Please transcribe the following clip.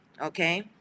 Okay